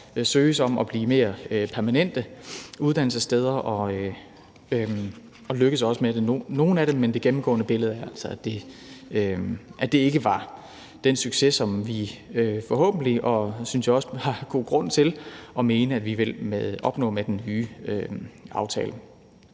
søger om at blive mere permanente uddannelsessteder, og nogle af dem lykkes også med det, men det gennemgående billede er altså, at det ikke var den succes, som vi forhåbentlig – det synes jeg også vi har god grund til at mene – vil opnå med den nye aftale.